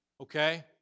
Okay